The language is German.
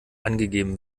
angegeben